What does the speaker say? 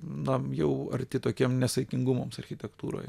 na jau arti tokiem nesaikingumams architektūroje